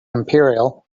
imperial